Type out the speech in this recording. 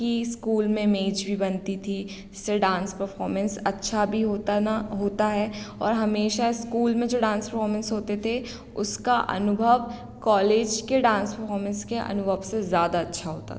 की इस ईस्कूल में इमेज भी बनती थी इससे डांस परफॉर्मेंस अच्छा भी होता ना होता है और हमेशा स्कूल में जो डांस परफॉर्मेंस होते थे उसका अनुभव कॉलेज के डांस परफॉर्मेंस के अनुभव से ज़्यादा अच्छा होता था